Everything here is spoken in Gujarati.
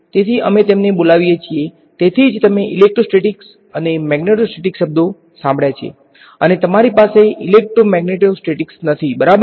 તેથી અમે તેમને બોલાવીએ છીએ તેથી જ તમે ઇલેક્ટ્રોસ્ટેટિક્સ અને મેગ્નેટોસ્ટેટિક્સ શબ્દો સાંભળ્યા છે અથવા તમારી પાસે ઇલેક્ટ્રોમેગ્નેટો સ્ટેટિક્સ નથીબરાબરને